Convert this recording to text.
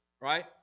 right